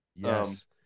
yes